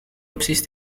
opties